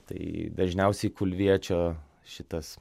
tai dažniausiai kulviečio šitas